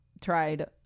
tried